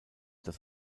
dass